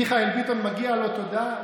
מיכאל ביטון, מגיעה לו תודה.